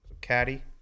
Caddy